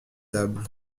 table